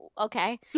Okay